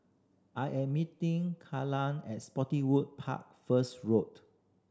I am meeting Kala at Spottiswoode Park first Road